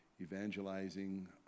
evangelizing